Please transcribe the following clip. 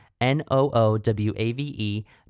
N-O-O-W-A-V-E